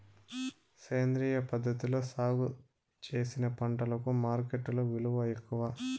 సేంద్రియ పద్ధతిలో సాగు చేసిన పంటలకు మార్కెట్టులో విలువ ఎక్కువ